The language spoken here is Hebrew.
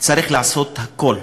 צריך לעשות הכול,